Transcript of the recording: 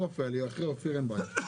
אחרי אופיר אין לי בעיה.